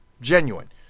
Genuine